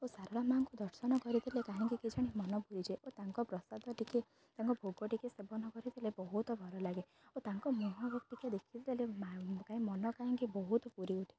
ଓ ସାରଳା ମା'ଙ୍କୁ ଦର୍ଶନ କରିଦେଲେ କାହିଁକି କିଛି ଜଣ ମନ ପୁରିଯାଏ ଓ ତାଙ୍କ ପ୍ରସାଦ ଟିକେ ତାଙ୍କ ଭୋଗ ଟିକେ ସେବନ କରିଦେଲେ ବହୁତ ଭଲ ଲାଗେ ଓ ତାଙ୍କ ମୁହଁ ଟିକେ ଦେଖିଦେଲେ ହିଁ ମନ କାହିଁକି ବହୁତ ପୁରି ଉଠେ